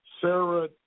Sarah